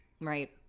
Right